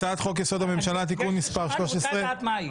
הצעת חוק יסוד: הממשלה (תיקון מס' 13)